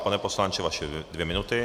Pane poslanče, tak vaše dvě minuty.